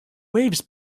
waves